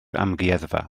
amgueddfa